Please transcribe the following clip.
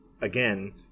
again